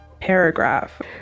paragraph